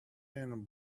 and